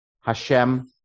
Hashem